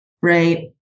right